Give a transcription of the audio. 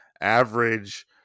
average